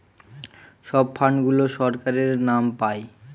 সব ফান্ড গুলো সরকারের নাম পাই